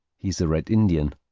he is a red indian.